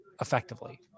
effectively